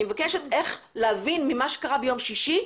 אני מבקשת להבין ממה שקרה ביום שישי,